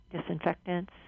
disinfectants